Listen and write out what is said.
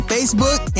Facebook